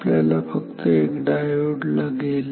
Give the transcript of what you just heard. आपल्याला फक्त एक डायोड लागेल